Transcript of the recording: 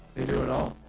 they do it all